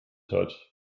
hat